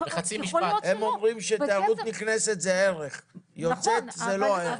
הם אומרים שתיירות נכנסת היא ערך ויוצאת זה לא ערך.